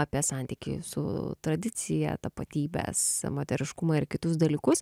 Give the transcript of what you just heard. apie santykį su tradicija tapatybes moteriškumą ir kitus dalykus